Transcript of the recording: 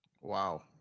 Wow